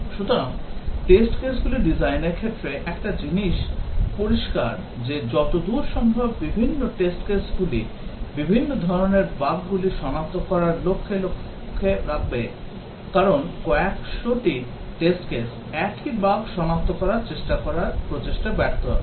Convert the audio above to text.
সুতরাং test case গুলি ডিজাইনের ক্ষেত্রে একটি জিনিস পরিষ্কার যে যতদূর সম্ভব বিভিন্ন test case গুলি বিভিন্ন ধরণের বাগগুলি সনাক্ত করার লক্ষ্যে লক্ষ্য রাখে কারণ কয়েকশটি test case একই বাগ সনাক্ত করার চেষ্টা করা প্রচেষ্টা ব্যর্থ হবে